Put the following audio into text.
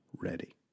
ready